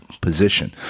position